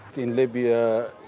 in libya,